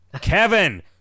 Kevin